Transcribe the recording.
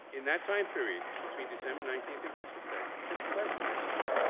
in that time period between december nineteenth and christmas day? a simple question. yes or no.